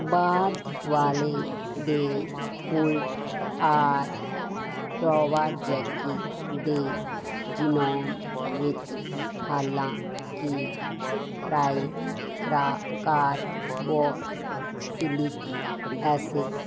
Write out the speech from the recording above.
ਬਾਅਦ ਵਾਲੇ ਦੇ ਉਲਟ ਆਰ ਪ੍ਰੋਵਾਜ਼ੇਕੀ ਦੇ ਜੀਨੋਮ ਵਿੱਚ ਹਾਲਾਂਕਿ ਟ੍ਰਾਈਕਾਰਬੌਕਸਿਲਿਕ ਐਸਿਡ